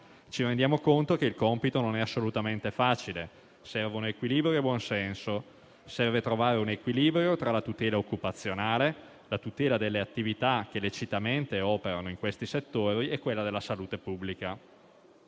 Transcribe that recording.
Ci rendiamo conto che il compito non è assolutamente facile: servono equilibrio e buon senso, serve trovare un equilibrio tra la tutela occupazionale, la tutela delle attività che lecitamente operano in questi settori e quella della salute pubblica.